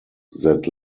that